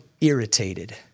irritated